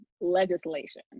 legislation